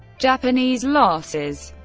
japanese losses